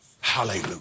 Hallelujah